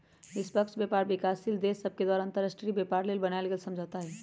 निष्पक्ष व्यापार विकासशील देश सभके द्वारा अंतर्राष्ट्रीय व्यापार लेल बनायल गेल समझौता हइ